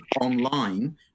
online